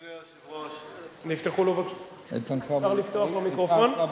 אדוני היושב-ראש, אפשר לפתוח לו מיקרופון?